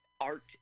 Art